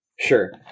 Sure